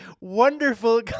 wonderful